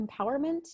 empowerment